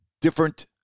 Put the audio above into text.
different